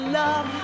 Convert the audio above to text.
love